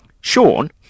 Sean